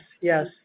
yes